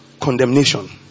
Condemnation